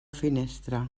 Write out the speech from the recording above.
finestra